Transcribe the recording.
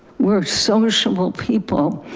were sociable people.